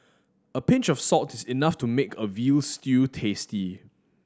a pinch of salt is enough to make a veal stew tasty